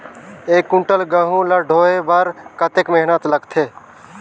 एक कुंटल गहूं ला ढोए बर कतेक मेहनत लगथे?